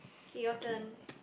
okay your turn